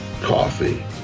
coffee